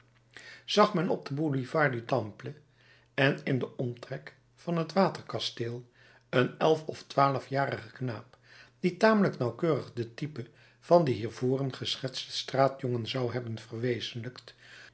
zag men op den boulevard du temple en in den omtrek van het waterkasteel een elf of twaalfjarigen knaap die tamelijk nauwkeurig de type van den hiervoren geschetsten straatjongen zou hebben verwezenlijkt